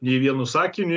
nei vienu sakiniu